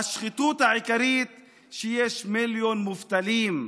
השחיתות העיקרית היא שיש מיליון מובטלים,